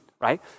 right